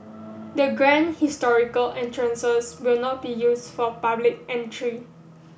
the grand historical entrances will not be used for public entry